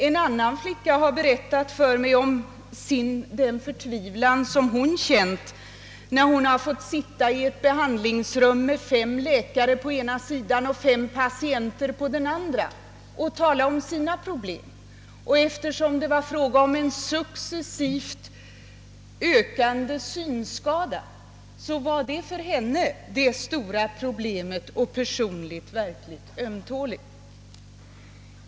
En annan flicka har berättat för mig om den förtvivlan som hon känt när hon fått sitta i ett behandlingsrum med fem läkare på ena sidan och fem patienter på den andra och tala om sina problem. Eftersom det var fråga om en successivt ökande synskada var det ett för henne stort och verkligt personligt ömtåligt problem.